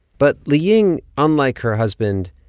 but liying, unlike her husband,